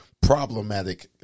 problematic